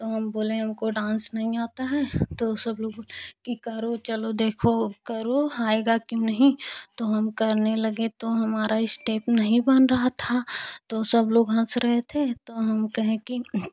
तो हम बोले कि हमको डांस नहीं आता है तो सब लोग बोले कि करो चलो देखें करो आएगा कि नहीं तो हम करने लगे तो हमारा स्टेप नहीं बन रहा था तो सब लोग हँस रहे थे तो हम कहें कि